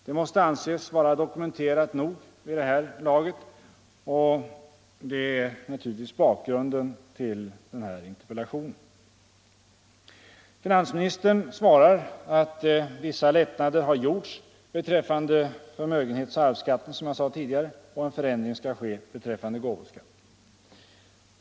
Det måste anses vara dokumenterat nog vid det här laget, och det är naturligtvis bakgrunden till den här interpellationen. Finansministern svarar att vissa lättnader har gjorts beträffande förmögenhetsoch arvsskatten — som jag sade tidigare — och att en förändring skall ske beträffande gåvoskatten.